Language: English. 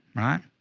right?